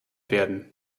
werden